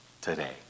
today